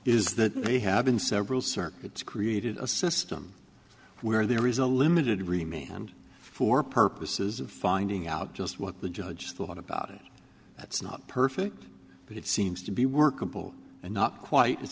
is that they have been several circuits created a system where there is a limited remain and for purposes of finding out just what the judge thought about it that's not perfect but it seems to be workable and not quite as